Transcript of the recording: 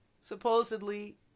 supposedly